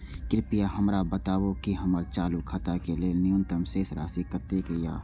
कृपया हमरा बताबू कि हमर चालू खाता के लेल न्यूनतम शेष राशि कतेक या